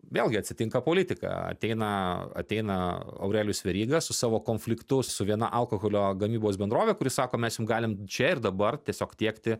vėlgi atsitinka politika ateina ateina aurelijus veryga su savo konfliktu su viena alkoholio gamybos bendrove kuri sako mes jum galim čia ir dabar tiesiog tiekti